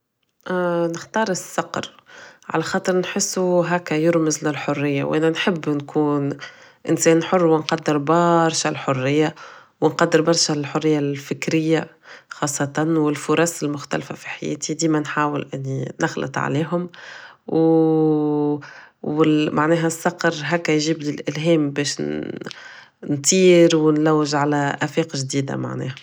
نختار الصقر على خاطر نحسو هكدا يرمز للحرية و انا نحب نكون انسان حر و نقدر برشا الحرية و نقدر برشا الحرية الفكرية خاصة انو الفرص المختلفة في حياتي ديما نحاول اني نخلت عليهم و معناها الصقر يجي الالهام باش نطير و نلوج على افاق جديدة معناها